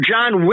John